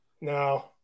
no